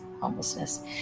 homelessness